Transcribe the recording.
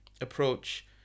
approach